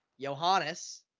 Johannes